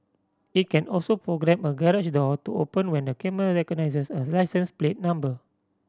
it can also programme a garage door to open when the camera recognises as license plate number